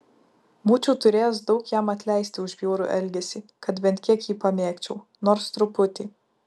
būčiau turėjęs daug jam atleisti už bjaurų elgesį kad bent kiek jį pamėgčiau nors truputį